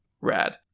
Rad